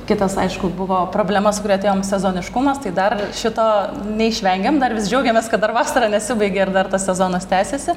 kitas aišku buvo problema su kuria atėjom sezoniškumas tai dar šito neišvengiam dar vis džiaugiamės kad dar vasara nesibaigė ir dar tas sezonas tęsiasi